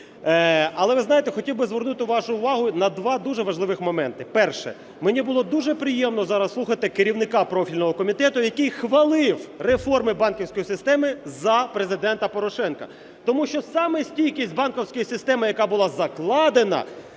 Але, ви знаєте, хотів би звернути вашу увагу на два дуже важливих моменти. Перше. Мені було дуже приємно зараз слухати керівника профільного комітету, який хвалив реформи банківської системи за Президента Порошенка. Тому що саме стійкість банківської системи, яка була закладена